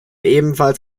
ebenfalls